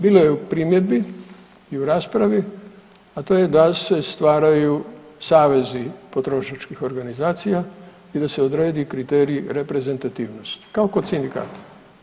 Bilo je primjedbi i u raspravi, a to je da se stvaraju savezi potrošačkih organizacija i da se odredi kriterij reprezentativnosti kao kod sindikata.